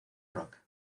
rock